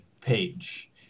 page